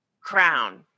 crown